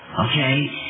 okay